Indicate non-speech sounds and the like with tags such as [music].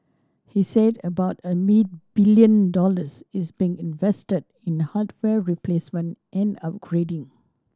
he said about a [unintelligible] billion dollars is being invested in hardware replacement and upgrading